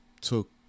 took